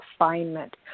refinement